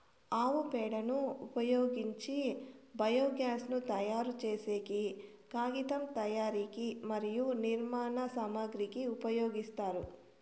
ఆవు పేడను ఉపయోగించి బయోగ్యాస్ ను తయారు చేసేకి, కాగితం తయారీకి మరియు నిర్మాణ సామాగ్రి కి ఉపయోగిస్తారు